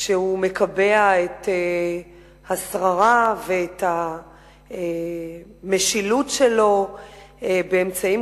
כשהוא מקבע את השררה ואת המשילות שלו באמצעים